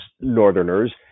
Northerners